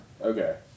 Okay